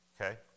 Okay